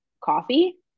coffee